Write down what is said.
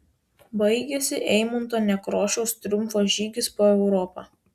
baigėsi eimunto nekrošiaus triumfo žygis po europą